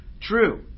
true